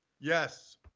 Yes